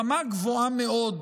רמה גבוהה מאוד